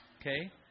okay